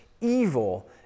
evil